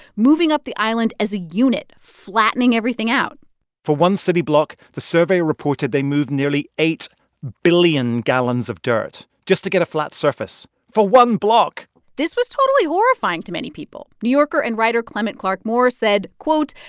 moving up the island as a unit, flattening everything out for one city block, the survey reported they moved nearly eight billion gallons of dirt just to get a flat surface for one block this was totally horrifying to many people. new yorker and writer clement clarke moore said, quote,